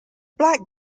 black